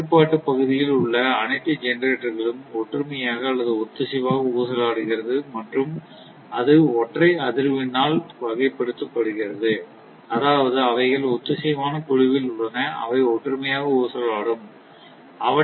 கட்டுப்பாட்டுப் பகுதியில் உள்ள அனைத்து ஜெனரேட்டர்களும் ஒற்றுமையாக அல்லது ஒத்திசைவாக ஊசலாடுகிறது மற்றும் அது ஒற்றை அதிர்வெண்ணால் வகைப்படுத்தப்படுகிறது அதாவது அவைகள் ஒத்திசைவான குழுவில் உள்ளன அவை ஒற்றுமையாக ஊசலாடும் ஊசலாடும்